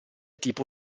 tipo